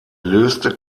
löste